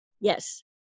Yes